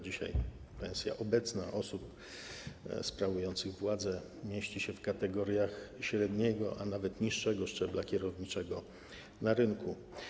Dzisiaj pensja osób sprawujących władzę mieści się w kategoriach średniego, a nawet niższego szczebla kierowniczego na rynku.